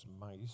mice